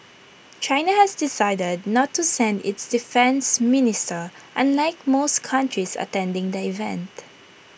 China has decided not to send its defence minister unlike most countries attending the event